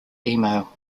email